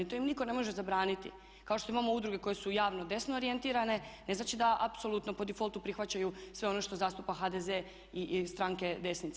To im nitko ne može zabraniti kao što imamo udruge koje su javno desno orijentirane ne znači da apsolutno po difoltu prihvaćaju sve ono što zastupa HDZ i stranke desnice.